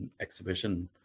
exhibition